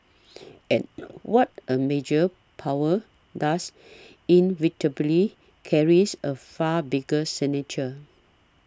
and what a major power does inevitably carries a far bigger signature